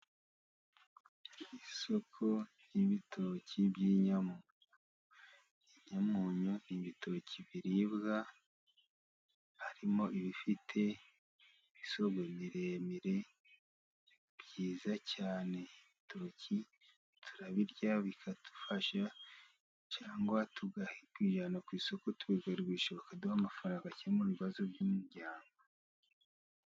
Isoko ry'ibitoki by'inyamunyu. Inyamunyu n'ibitoki biribwa . Harimo ibifite amabere maremare meza cyane. Ibitoki turabirya bikadufasha , cyangwa tukabijyana ku isoko tukabigurisha, bakaduha amafaranga akemura ibibazo by'imiryango .